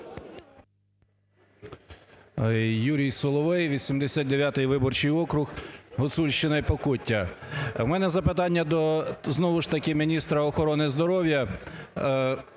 Юрій Соловей, 89 виборчій округ, Гуцульщина і Покуття. В мене запитання до, знову ж таки, міністра охорони здоров'я.